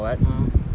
!huh!